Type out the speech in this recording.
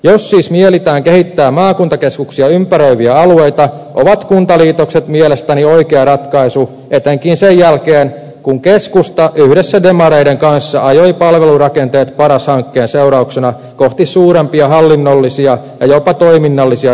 jos siis mielitään kehittää maakuntakeskuksia ympäröiviä alueita ovat kuntaliitokset mielestäni oikea ratkaisu etenkin sen jälkeen kun keskusta yhdessä demareiden kanssa ajoi palvelurakenteet paras hankkeen seurauksena kohti suurempia hallinnollisia ja jopa toiminnallisia yksiköitä